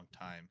time